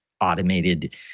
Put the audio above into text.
automated